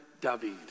David